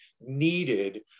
needed